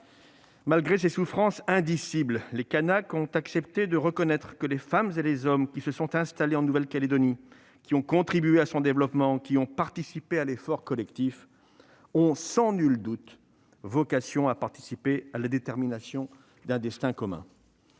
Malgré ces souffrances indicibles, les Kanaks ont accepté de reconnaître que les femmes et les hommes qui se sont installés en Nouvelle-Calédonie, qui ont contribué à son développement et à l'effort collectif, ont sans nul doute vocation à participer à la détermination d'un destin commun.